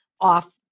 off